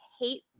hate